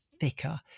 thicker